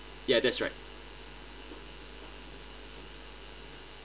ya that's right